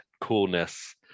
coolness